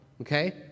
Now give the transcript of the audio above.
okay